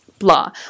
blah